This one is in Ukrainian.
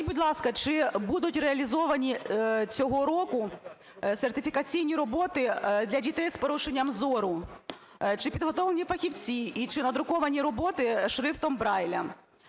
Скажіть, будь ласка, чи будуть реалізовані цього року сертифікаційні роботи для дітей з порушенням зору? Чи підготовлені фахівці і чи надруковані роботи шрифтом Брайля?